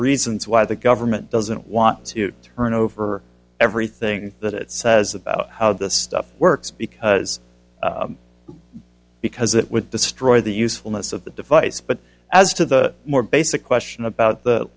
reasons why the government doesn't want to turn over everything that it says about how this stuff works because because it would destroy the usefulness of the device but as to the more basic question about the